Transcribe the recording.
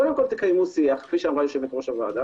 קודם כל קיימו שיח, כפי שאמרה יושבת-ראש הוועדה.